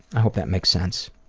i hope that makes sense.